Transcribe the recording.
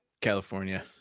California